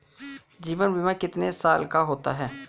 जीवन बीमा कितने साल का होता है?